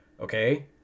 Okay